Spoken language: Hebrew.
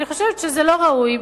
אני חושבת שזה לא ראוי,